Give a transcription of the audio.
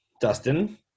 Dustin